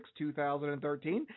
2013